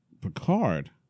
Picard